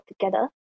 together